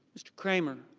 mr. kramer.